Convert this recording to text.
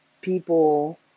people